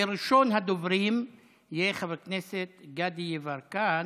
וראשון הדוברים יהיה חבר הכנסת גדי יברקן,